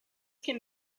can